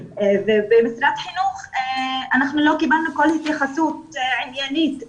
ממשרד החינוך אנחנו לא קיבלנו כל התייחסות עניינית לנושא.